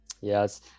yes